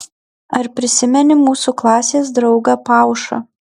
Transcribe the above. ar prisimeni mūsų klasės draugą paušą